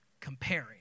comparing